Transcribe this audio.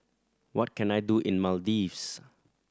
what can I do in Maldives